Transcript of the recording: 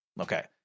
Okay